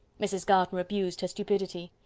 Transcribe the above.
mrs. gardiner abused her stupidity.